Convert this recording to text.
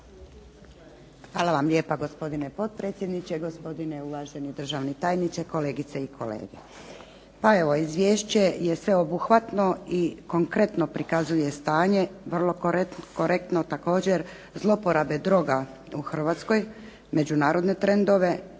Hvala vam lijepa. Gospodine potpredsjedniče, gospodine uvaženi državni tajniče, kolegice i kolege. Pa evo izvješće je sveobuhvatno i konkretno prikazuje stanje vrlo korektno također zloporabe droga u Hrvatskoj, međunarodne trendove,